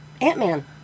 Ant-Man